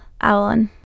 Alan